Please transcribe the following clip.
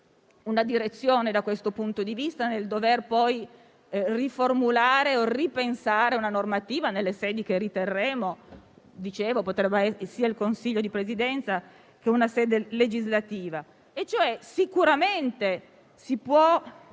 una direzione, da questo punto di vista, nel dover poi riformulare o ripensare una normativa, nelle sedi che riterremo (potrebbe essere il Consiglio di Presidenza, che è una sede legislativa). Sicuramente si può